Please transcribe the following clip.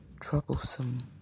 Troublesome